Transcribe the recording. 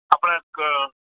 அப்படின்னா எனக்கு